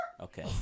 Okay